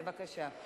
בבקשה.